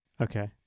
okay